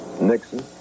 Nixon